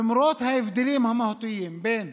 למרות ההבדלים המהותיים בין